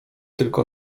tylko